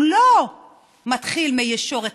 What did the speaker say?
הוא לא מתחיל מישורת,